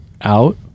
out